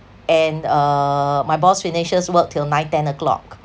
and uh my boss finishes work till nine ten o'clock